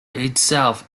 itself